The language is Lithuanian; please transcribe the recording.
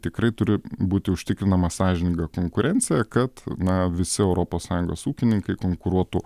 tikrai turi būti užtikrinama sąžininga konkurencija kad na visi europos sąjungos ūkininkai konkuruotų